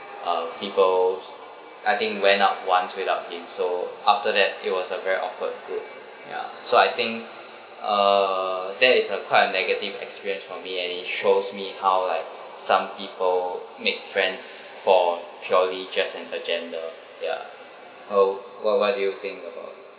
uh people I think went out once without him so after that it was a very awkward group ya so I think uh that is a quite a negative experience for me and it shows me how like some people make friends for purely just an agenda ya oh what what do you think about